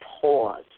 pause